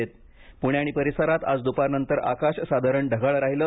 हवामान पुणे आणि परिसरात आज दुपारनंतर आकाश साधारण ढगाळ राहिलं